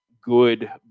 good